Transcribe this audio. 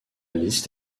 liste